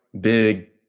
big